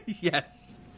yes